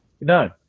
No